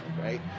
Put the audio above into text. right